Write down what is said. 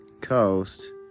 Coast